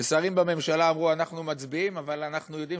שרים בממשלה אמרו: אנחנו מצביעים כי אנחנו יודעים